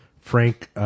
Frank